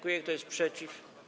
Kto jest przeciw?